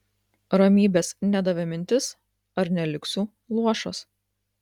ramybės nedavė mintis ar neliksiu luošas